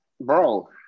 bro